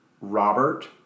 Robert